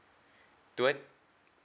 do I